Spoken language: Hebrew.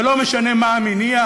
ולא משנה מה המניע,